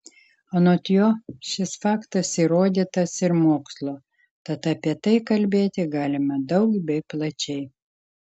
anot jo šis faktas įrodytas ir mokslo tad apie tai kalbėti galima daug bei plačiai